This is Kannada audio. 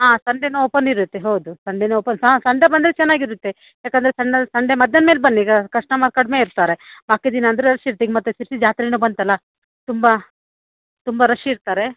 ಹಾಂ ಸಂಡೆಯೂ ಓಪನ್ ಇರುತ್ತೆ ಹೌದು ಸಂಡೇನೂ ಓಪನ್ ಹಾಂ ಸಂಡೇ ಬಂದರೆ ಚೆನ್ನಾಗಿ ಇರುತ್ತೆ ಏಕೆಂದರೆ ಸಂಡೇ ಮಧ್ಯಾಹ್ನ ಮೇಲೆ ಬನ್ನಿ ಈಗ ಕಸ್ಟಮರ್ ಕಡಿಮೆ ಇರ್ತಾರೆ ಬಾಕಿದು ದಿನ ಅಂದರೆ ರಶ್ ಇರ್ತೆ ಈಗ ಮತ್ತು ಶಿರ್ಸಿ ಜಾತ್ರೆಯೂ ಬಂತಲ್ಲ ತುಂಬ ತುಂಬ ರಶ್ ಇರ್ತಾರೆ